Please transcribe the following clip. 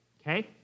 okay